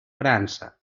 frança